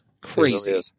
Crazy